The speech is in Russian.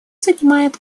занимают